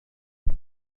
rydw